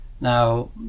Now